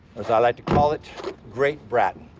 as i like to call it great bratton.